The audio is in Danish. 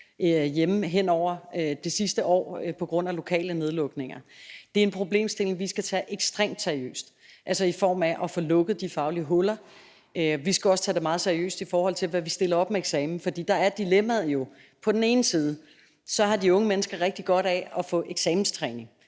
hjemme henover det sidste år på grund af lokale nedlukninger. Det er en problemstilling, vi skal tage ekstremt seriøst i form af at få lukket de faglige huller. Vi skal også tage det meget seriøst, i forhold til hvad vi stiller op med eksamen. For der er dilemmaet jo, de unge mennesker på den ene side har rigtig godt af at få eksamenstræning.